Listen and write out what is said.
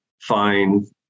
find